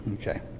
Okay